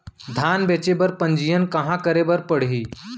धान बेचे बर पंजीयन कहाँ करे बर पड़ही?